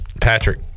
Patrick